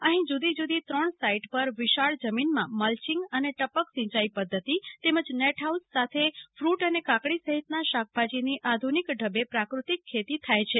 અફી જુદી જુદી ત્રણ સાઈટ પર વિશાળ જમીનમાં મલ્યીંગઅને ટપક સિંચાઈ પદ્ધતિ તેમજ નેટ ફાઉસ સાથે ફટ અને કાકડી સહિતના શાકભાજીનીઆધુનિક ઢબે પ્રાકૃતિક ખેતી થાય છે